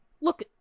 look